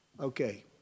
okay